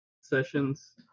sessions